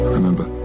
Remember